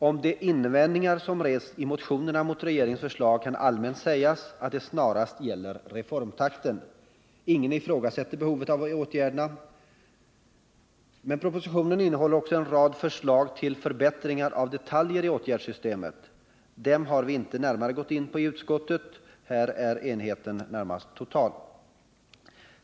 Om de invändningar som har rests mot regeringens förslag i motionerna kan allmänt sägas att de snarast gäller reformtakten. Ingen ifrågasätter behovet av åtgärderna. Men propositionen innehåller också en rad förslag till förbättringar av detaljer i åtgärdssystemet. Dem har vi inte gått närmare in på i utskottet. Här är enigheten närmast total.